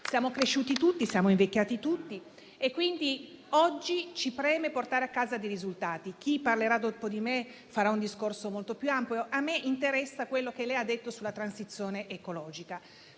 Siamo cresciuti tutti, siamo invecchiati tutti, quindi oggi ci preme portare a casa dei risultati. Chi parlerà dopo di me farà un discorso molto più ampio; a me interessa quello che lei ha detto sulla transizione ecologica,